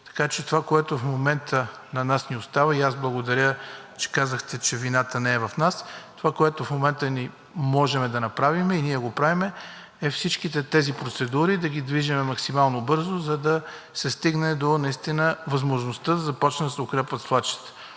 Така че това, което в момента на нас ни остава, и аз благодаря, че казахте, че вината не е в нас, това, което в момента можем да направим, и ние го правим, е всички тези процедури да ги движим максимално бързо, за да се стигне наистина до възможността да започне да се укрепват свлачищата.